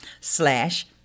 slash